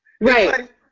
Right